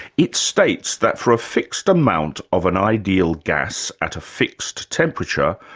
it states that for a fixed amount of an ideal gas at a fixed temperature,